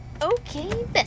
Okay